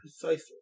Precisely